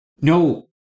No